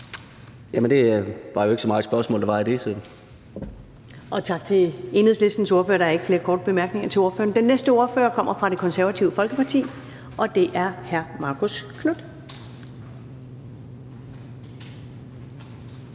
(EL): Der var jo ikke så meget spørgsmål i det. Kl. 13:55 Første næstformand (Karen Ellemann): Tak til Enhedslistens ordfører. Der er ikke flere korte bemærkninger til ordføreren. Den næste ordfører kommer fra Det Konservative Folkeparti, og det er hr. Marcus Knuth.